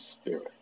spirit